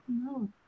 No